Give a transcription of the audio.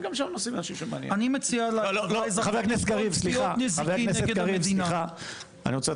אני מציע לפתוח תביעות נזיקין כנגד המדינה,